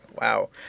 wow